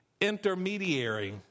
intermediary